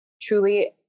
truly